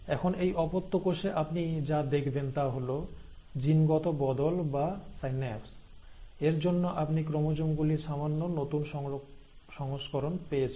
এখন এই অপত্য কোষে আপনি যা দেখবেন তা হল জিনগত বদল বা সাইন্যাপস এর জন্য আপনি ক্রোমোজোম গুলির সামান্য নতুন সংস্করণ পেয়েছেন